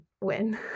win